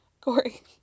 Corey